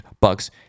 Bucks